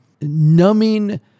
numbing